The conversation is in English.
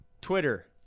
Twitter